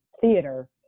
theater